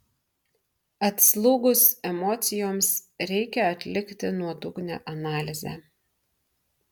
atslūgus emocijoms reikia atlikti nuodugnią analizę